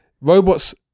Robots